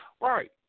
Right